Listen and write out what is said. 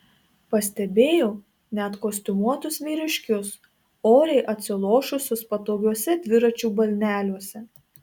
pastebėjau net kostiumuotus vyriškius oriai atsilošusius patogiuose dviračių balneliuose